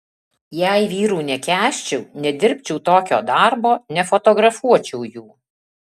jei vyrų nekęsčiau nedirbčiau tokio darbo nefotografuočiau jų